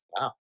Wow